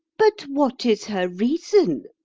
but what is her reason?